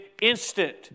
instant